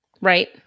Right